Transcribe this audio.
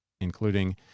including